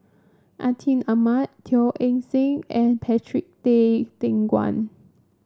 Atin Amat Teo Eng Seng and Patrick Tay Teck Guan